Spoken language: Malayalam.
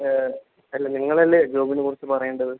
അല്ല നിങ്ങളല്ലേ ജോബിനെക്കുറിച്ച് പറയേണ്ടത്